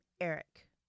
Eric